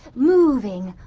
moving,